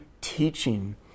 teaching